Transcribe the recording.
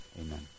Amen